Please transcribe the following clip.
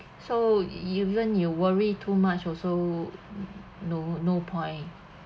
so even you worry too much also no no point